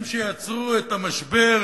הם שיצרו את המשבר